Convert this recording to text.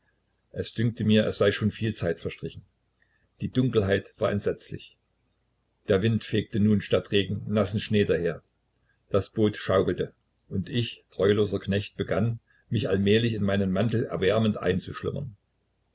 es dünkte mir es sei schon viel zeit verstrichen die dunkelheit war entsetzlich der wind fegte nunmehr anstatt des regens nassen schnee daher das boot schaukelte und ich treuloser knecht begann mich allmählich in meinem mantel erwärmend einzuschlummern